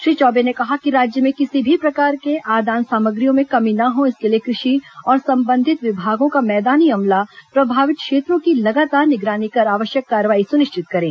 श्री चौबे ने कहा कि राज्य में किसी भी प्रकार के आदान सामग्रियों में कमी न हो इसके लिए कृषि और संबंधित विभागों के मैदानी अमला प्रभावित क्षेत्रों की लगातार निगरानी कर आवश्यक कार्रवाई सुनिश्चित करें